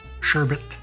Sherbet